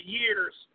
years